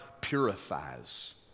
purifies